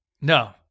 No